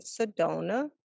Sedona